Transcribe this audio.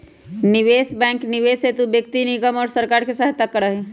निवेश बैंक निवेश हेतु व्यक्ति निगम और सरकार के सहायता करा हई